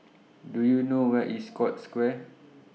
Do YOU know Where IS Scotts Square